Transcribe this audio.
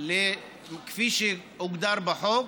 כפי שהוגדר בחוק